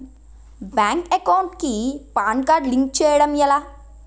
Bank account కి PAN card link చేయడం ఎలా?